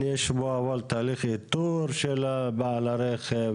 אבל יש פה תהליך איתור של בעל הרכב,